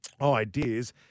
ideas